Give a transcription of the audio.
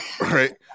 Right